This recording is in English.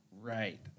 Right